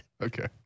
Okay